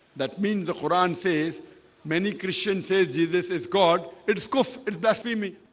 that means the quran says many christians says jesus is god it's cooks it blasphemy